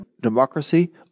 democracy